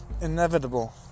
Inevitable